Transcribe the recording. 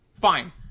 fine